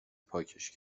پاکش